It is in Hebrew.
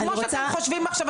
כמו שאתם חושבים עכשיו,